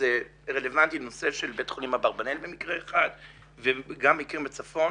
וזה רלוונטי לנושא של בית חולים אברבנאל במקרה אחד וגם מקרים בצפון.